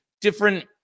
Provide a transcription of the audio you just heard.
different